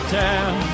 town